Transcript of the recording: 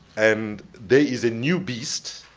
and there is a new beast,